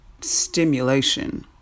stimulation